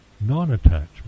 non-attachment